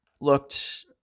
looked